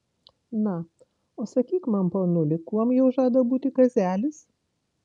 na o sakyk man ponuli kuom jau žada būti kazelis